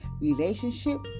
relationship